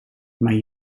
mijn